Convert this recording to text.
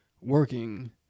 working